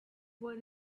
were